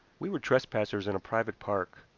we were trespassers in a private park.